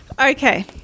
Okay